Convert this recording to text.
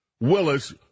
Willis